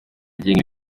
agenga